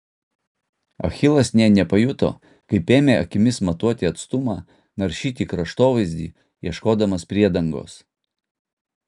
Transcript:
achilas nė nepajuto kaip ėmė akimis matuoti atstumą naršyti kraštovaizdį ieškodamas priedangos